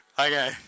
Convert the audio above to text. Okay